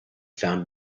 found